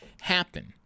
happen